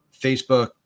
facebook